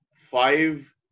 five